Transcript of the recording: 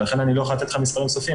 לכן אני לא יכול לתת לך מספרים סופיים,